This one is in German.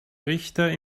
richter